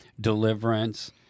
deliverance